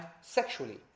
sexually